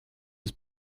his